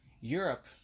Europe